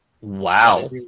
Wow